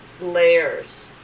layers